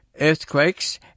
earthquakes